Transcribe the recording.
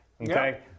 Okay